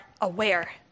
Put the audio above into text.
aware